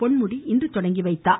பொன்முடி இன்று தொடங்கிவைத்தார்